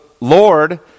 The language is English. Lord